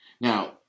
now